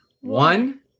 One